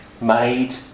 made